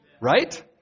right